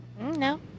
No